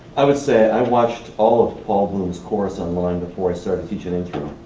i would say i watched all paul bloom's courses online before i started teaching intro.